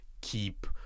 keep